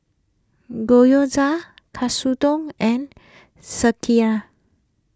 Gyoza Katsudon and Sekihan